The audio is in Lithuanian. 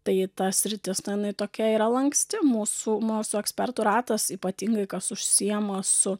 tai ta sritis na jinai tokia yra lanksti mūsų mūsų ekspertų ratas ypatingai kas užsiima su